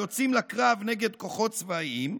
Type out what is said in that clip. היוצאים לקרב נגד כוחות צבאיים,